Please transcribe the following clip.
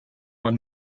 when